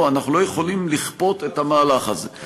אנחנו לא יכולים לכפות את המהלך הזה.